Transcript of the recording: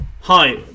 Hi